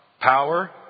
power